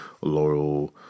loyal